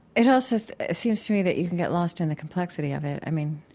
it also ah seems to me that you could get lost in the complexity of it. i mean,